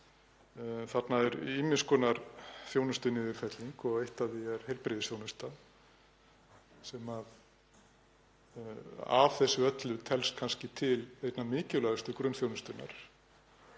Þarna er ýmiss konar þjónustuniðurfelling og eitt af því er heilbrigðisþjónusta sem af þessu öllu telst kannski til einnar mikilvægustu grunnþjónustunnar.